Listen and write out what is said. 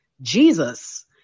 Jesus